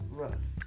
rough